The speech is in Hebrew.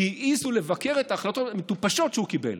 כי העזו לבקר את ההחלטות המטופשות שהוא קיבל,